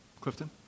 Clifton